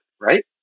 right